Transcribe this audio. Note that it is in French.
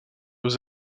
aux